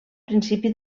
principi